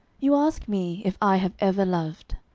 you ask me if i have ever loved.